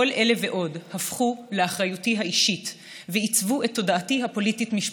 כל אלה ועוד הפכו לאחריותי האישית ועיצבו את תודעתי הפוליטית-משפטית.